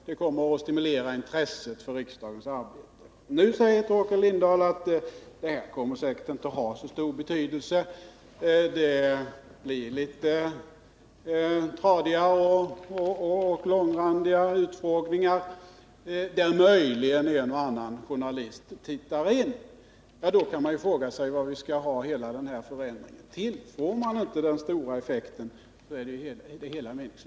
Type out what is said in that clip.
Det kommer att stimulera intresset för riksdagens arbete, Nu säger Torkel Lindahl att det här kommer säkert inte att ha så stor betydelse. Det blir litet tradigare och långrandigare utfrågningar där möjligen en och annan journalist tittar in. Därför kan man fråga sig vad vi skall ha hela den här förändringen till. Får man inte den stora effekten, är det hela Nr 126 meningslöst.